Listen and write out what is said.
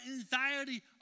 anxiety